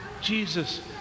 Jesus